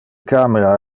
camera